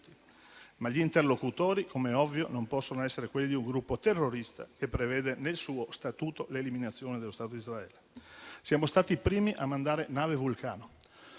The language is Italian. Gli interlocutori però, come ovvio, non possono essere quelli di un gruppo terrorista che prevede nel suo statuto l'eliminazione dello Stato di Israele. Siamo stati i primi a mandare la nave Vulcano.